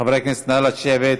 חברי הכנסת, נא לשבת.